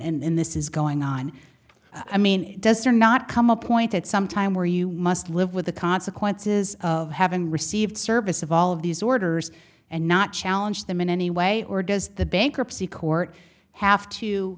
then this is going on i mean does or not come a point at some time where you must live with the consequences of having received service of all of these orders and not challenge them in any way or does the bankruptcy court have to